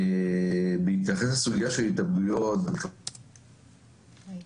בהתייחס לסוגיה של התאבדויות --- (תקלה